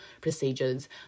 procedures